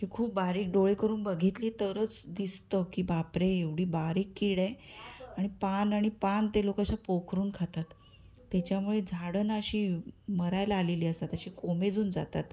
की खूप बारीक डोळे करून बघितले तरच दिसतं की बाप रे एवढी बारीक किडे आणि पान आणि पान ते लोक असं पोखरून खातात त्याच्यामुळे झाडं अशी मरायला आलेली असतात अशी कोमेजून जातात